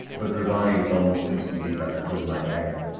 but revived almost instantly by the cool night air.